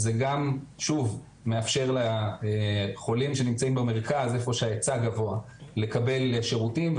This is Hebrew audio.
זה גם מאפשר לחולים שנמצאים במרכז איפה שההיצע גבוה לקבל שירותים,